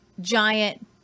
giant